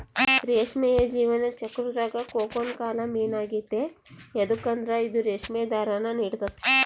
ರೇಷ್ಮೆಯ ಜೀವನ ಚಕ್ರುದಾಗ ಕೋಕೂನ್ ಕಾಲ ಮೇನ್ ಆಗೆತೆ ಯದುಕಂದ್ರ ಇದು ರೇಷ್ಮೆ ದಾರಾನ ನೀಡ್ತತೆ